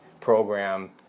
program